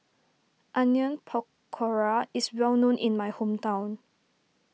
Onion Pakora is well known in my hometown